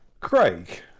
Craig